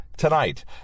tonight